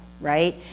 right